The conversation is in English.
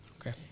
Okay